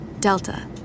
Delta